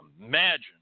imagine